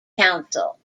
council